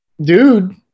dude